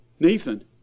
Nathan